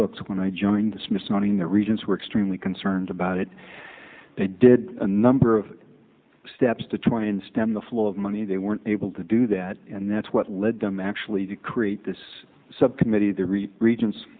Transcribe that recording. books when i joined the smithsonian the regents were extremely concerned about it they did a number of steps to try and stem the flow of money they were able to do that and that's what led them actually to create this subcommittee the reach regents